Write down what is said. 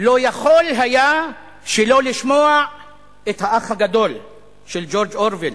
לא יכול היה שלא לשמוע את האח הגדול של ג'ורג' אורוול,